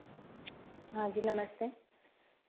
हाँ जी नमस्ते